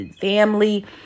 family